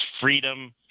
freedom